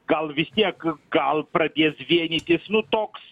gal vis tiek gal pradės vienytis nu toks